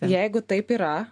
jeigu taip yra